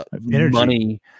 money